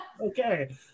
okay